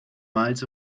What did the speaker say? miles